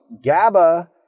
GABA